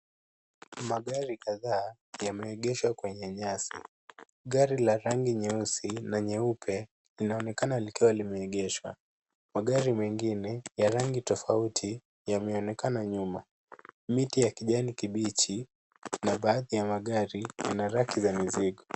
Magari kadhaa yameegeshwa kwenye nyasi. Gari la rangi nyeusi na nyeupe linaonekana likiwa limeegeshwa. Magari mengine ya rangi tofauti yameonekana nyuma. Miti ya kijani kibichi na baadhi ya magari ina rafu za mizigo.